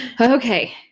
okay